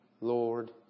Lord